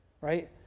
right